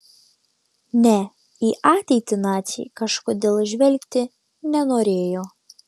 ne į ateitį naciai kažkodėl žvelgti nenorėjo